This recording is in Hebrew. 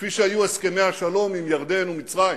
כפי שהיו הסכמי השלום עם ירדן ומצרים,